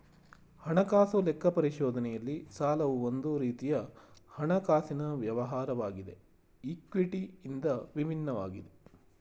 ಹಣಕಾಸು ಲೆಕ್ಕ ಪರಿಶೋಧನೆಯಲ್ಲಿ ಸಾಲವು ಒಂದು ರೀತಿಯ ಹಣಕಾಸಿನ ವ್ಯವಹಾರವಾಗಿದೆ ಈ ಕ್ವಿಟಿ ಇಂದ ವಿಭಿನ್ನವಾಗಿದೆ